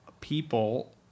people